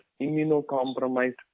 immunocompromised